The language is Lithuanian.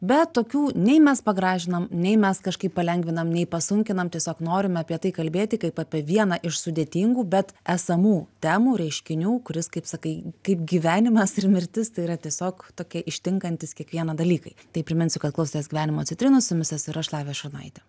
bet tokių nei mes pagražinam nei mes kažkaip palengvinam nei pasunkinam tiesiog norime apie tai kalbėti kaip apie vieną iš sudėtingų bet esamų temų reiškinių kuris kaip sakai kaip gyvenimas ir mirtis tai yra tiesiog tokie ištinkantys kiekvieną dalykai tai priminsiu kad klausotės gyvenimo citrinų su jumis esu ir aš lavija šurnaitė